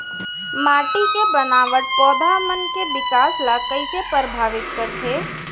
माटी के बनावट पौधा मन के बिकास ला कईसे परभावित करथे